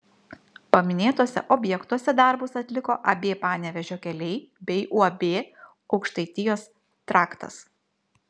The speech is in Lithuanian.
paminėtuose objektuose darbus atliko ab panevėžio keliai bei uab aukštaitijos traktas